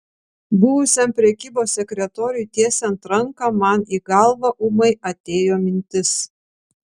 buvusiam prekybos sekretoriui tiesiant ranką man į galvą ūmai atėjo mintis